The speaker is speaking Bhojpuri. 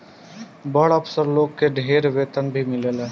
बड़ अफसर लोग के ढेर वेतन भी मिलेला